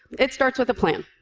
it starts with a plan.